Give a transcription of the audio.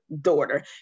daughter